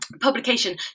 publication